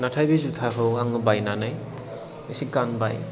नाथाय बे जुथाखौ आङो बायनानै एसे गानबाय